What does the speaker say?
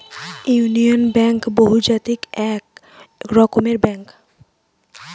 union Bank বহুজাতিক এক রকমের ব্যাঙ্ক